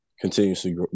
continuously